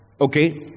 Okay